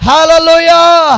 Hallelujah